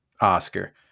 Oscar